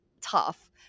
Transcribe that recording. tough